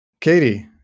Katie